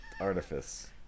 artifice